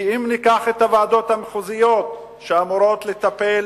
כי אם ניקח את הוועדות המחוזיות שאמורות לטפל